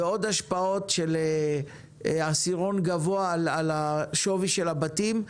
ועוד השפעות של עשירון גבוה על שווי הבתים.